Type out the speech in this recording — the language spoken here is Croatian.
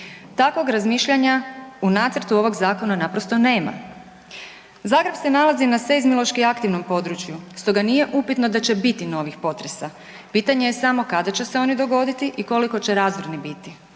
Takvog razmišljanja u nacrtu ovog zakona naprosto nema. Zagreb se nalazi na seizmološki aktivnom području stoga nije upitno da će biti novih potresa, pitanje je samo kada će se oni dogoditi i koliko će razorni biti